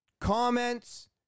Comments